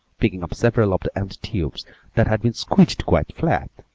picking up several of the empty tubes that had been squeezed quite flat,